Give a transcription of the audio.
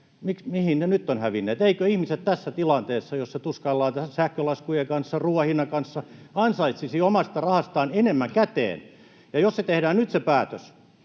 puheet nyt ovat hävinneet? Eivätkö ihmiset tässä tilanteessa, jossa tuskaillaan sähkölaskujen kanssa, ruuan hinnan kanssa, ansaitsisi omasta rahastaan enemmän käteen? Jos tehdään nyt päätös